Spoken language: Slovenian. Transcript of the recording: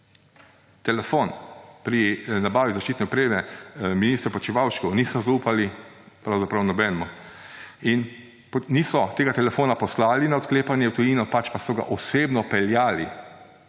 telefon pri nabavi zaščitne opreme ministru Počivalšku, niso zaupali pravzaprav nobenemu. In niso tega telefona poslali na odklepanje v tujino, pač pa so ga osebno peljali.